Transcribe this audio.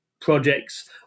projects